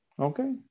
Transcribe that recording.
Okay